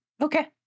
Okay